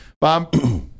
Bob